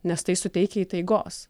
nes tai suteikia įtaigos